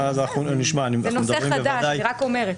אני רק אומרת.